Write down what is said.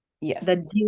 Yes